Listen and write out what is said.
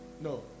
no